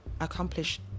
accomplish